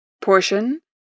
portion